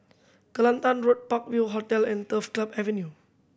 Kelantan Road Park View Hotel and Turf Club Avenue